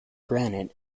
granite